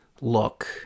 look